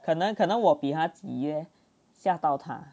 可能可能我比他急呃吓到她